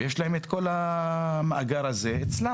ויש להם את כל המאגר הזה אצלם.